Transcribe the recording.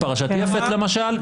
בפרשת יפת למשל.